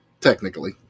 Technically